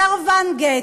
סרבן גט,